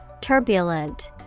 Turbulent